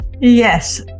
Yes